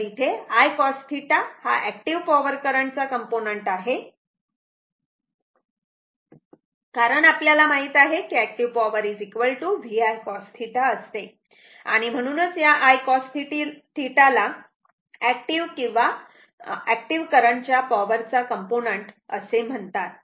तर इथे I cos θ हा एक्टिव पॉवर करंट चा कॉम्पोनंट आहे कारण आपल्याला माहित आहे कि एक्टिव्ह पॉवर VI cos θ असते आणि म्हणूनच या I cos θ ला एक्टिव्ह करंट च्या पॉवर चा कॉम्पोनंट असे म्हणतात